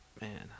Man